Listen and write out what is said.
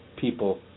people